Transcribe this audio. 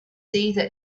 either